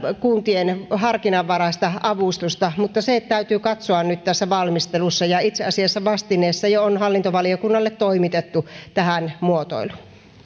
kuntien harkinnanvaraista avustusta mutta se täytyy katsoa nyt tässä valmistelussa ja itse asiassa vastineessa jo on hallintovaliokunnalle toimitettu tähän muotoilu